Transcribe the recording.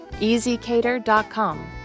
EasyCater.com